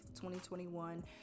2021